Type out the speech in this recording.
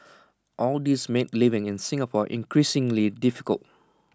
all these made living in Singapore increasingly difficult